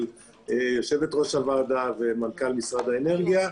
יושבת-ראש הוועדה ומנכ"ל משרד האנרגיה.